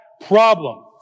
problem